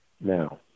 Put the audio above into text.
Now